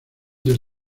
del